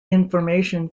information